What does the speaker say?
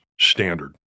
standard